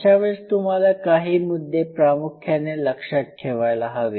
अशा वेळेस तुम्हाला काही मुद्दे प्रामुख्याने लक्षात ठेवायला हवे